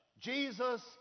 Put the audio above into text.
Jesus